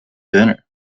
dinner